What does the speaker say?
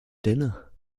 dinner